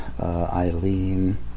Eileen